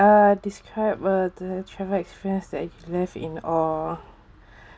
uh describe a the travel experience that you left in awe